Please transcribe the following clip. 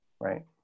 Right